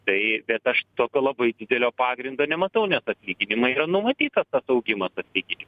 tai bet aš tokio labai didelio pagrindo nematau nes atlyginimai yra numatytas tas augimas atlygini